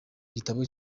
gitabo